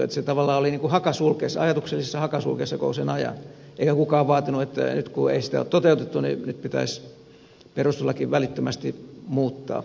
se tavallaan oli niin kuin hakasulkeissa ajatuksellisissa hakasulkeissa koko sen ajan eikä kukaan vaatinut että kun ei sitä ole toteutettu niin nyt pitäisi perustuslaki välittömästi muuttaa